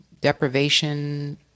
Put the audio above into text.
deprivation